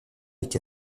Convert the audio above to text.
avec